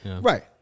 Right